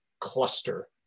cluster